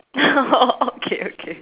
okay okay